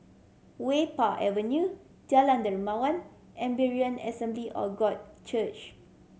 Wah Pei Avenue Jalan Dermawan and Berean Assembly of God Church